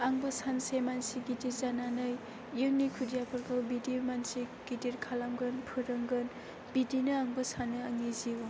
आंबो सानसे मानसि गिदिर जानानै इयुननि खुदियाफोरखौ बिदि मानसि गिदिर खालामगोन फोरोंगोन बिदिनो आंबो सानो आंनि जिउआव